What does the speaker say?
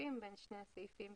החופפים בין שני הסעיפים,